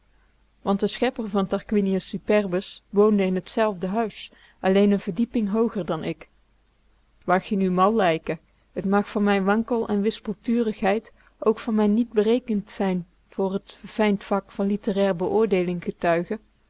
want de schepper van tarquinius superbus woonde in t zelfde huis alleen n verdieping hooger dan ik t mag je nu mal lijken t mag van mijn wankel en wispelturigheid ook van mijn niet berekend zijn voor het verfijnd vak van littéraire beoordeeling getuigen